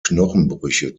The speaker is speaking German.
knochenbrüche